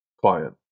client